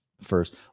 first